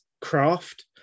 craft